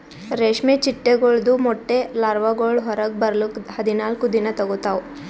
ರೇಷ್ಮೆ ಚಿಟ್ಟೆಗೊಳ್ದು ಮೊಟ್ಟೆ ಲಾರ್ವಾಗೊಳ್ ಹೊರಗ್ ಬರ್ಲುಕ್ ಹದಿನಾಲ್ಕು ದಿನ ತೋಗೋತಾವ್